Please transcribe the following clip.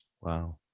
Wow